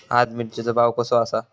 आज मिरचेचो भाव कसो आसा?